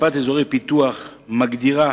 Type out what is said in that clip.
מפת אזורי הפיתוח מגדירה